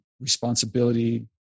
responsibility